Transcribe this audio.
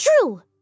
true